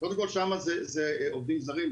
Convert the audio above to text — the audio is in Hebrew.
קודם כל שם זה עובדים זרים,